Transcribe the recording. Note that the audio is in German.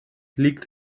liegt